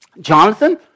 Jonathan